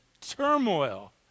turmoil